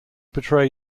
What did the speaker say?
betray